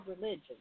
religion